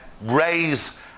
raise